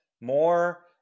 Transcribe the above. More